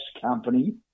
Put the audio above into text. company